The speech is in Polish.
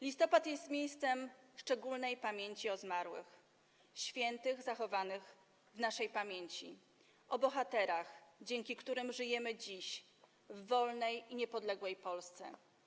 Listopad jest czasem szczególnej pamięci o zmarłych, świętych, zachowanych w naszej pamięci, o bohaterach, dzięki którym żyjemy dziś w wolnej i niepodległej Polsce.